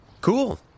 Cool